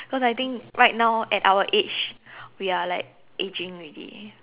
cause I think right now at our age we are like aging already